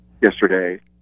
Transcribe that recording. yesterday